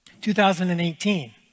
2018